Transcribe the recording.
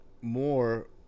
more